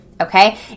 okay